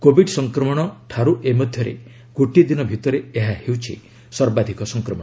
Covid ସଂକ୍ରମଣଠାରୁ ଏ ମଧ୍ୟରେ ଗୋଟିଏ ଦିନ ଭିତରେ ଏହା ହେଉଛି ସର୍ବାଧିକ ସଂକ୍ରମଣ